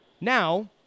Now